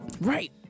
Right